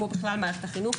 כמו בכלל במערכת החינוך,